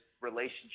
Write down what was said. relationship